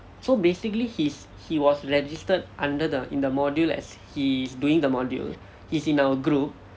so basically he's he was registered under the in the module as he is doing the module he's in our group